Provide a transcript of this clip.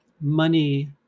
money